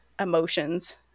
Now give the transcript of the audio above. emotions